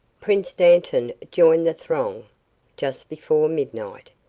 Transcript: prince dantan joined the throng just before midnight.